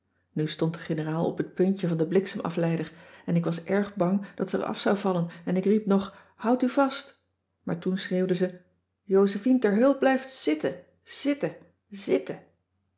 nu stond de generaal op het puntje van den bliksemafleider en ik was erg bang dat ze eraf zou vallen en ik riep nog houdt u vast maar toen schreeuwde ze josephine ter heul blijft zitten zitten zitten